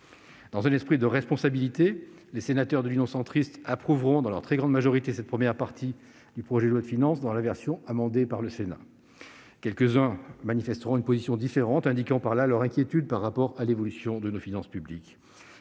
Dans un esprit de responsabilité, les sénateurs de l'Union Centriste approuveront, dans leur très grande majorité, cette première partie du projet de loi de finances dans la version amendée par le Sénat ; quelques-uns d'entre eux manifesteront toutefois une position différente, indiquant ainsi leur inquiétude au regard de l'évolution de nos finances publiques.